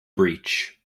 breach